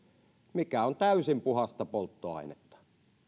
mikä on täysin puhdasta polttoainetta